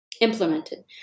implemented